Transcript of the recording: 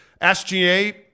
SGA